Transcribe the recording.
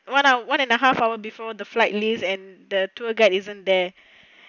one one and a half hour before the flight leaves and the tour guide isn't there